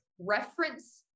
reference